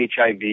HIV